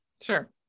sure